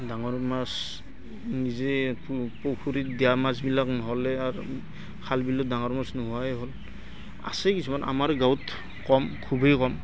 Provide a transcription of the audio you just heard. ডাঙৰ মাছ নিজে পুখুৰীত দিয়া মাছবিলাক নহ'লে আৰু খাল বিলত ডাঙৰ মাছ নোহোৱাই হ'ল আছে কিছুমান আমাৰ গাঁৱত কম খুবেই কম